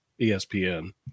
ESPN